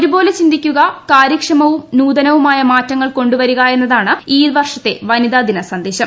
ഒരുപോലെ ചിന്തിക്കുകകാര്യക്ഷമവുംനൂതനവുമായ മാറ്റങ്ങൾ കൊണ്ടുവരിക എന്നതാണ് ഈ വർഷത്തെ വനിതാ ദിന സന്ദേശം